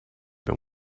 been